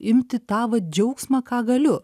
imti tą vat džiaugsmą ką galiu